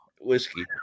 whiskey